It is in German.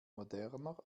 moderner